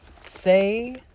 say